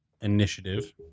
initiative